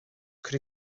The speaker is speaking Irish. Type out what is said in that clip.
cur